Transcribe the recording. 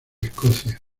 escocia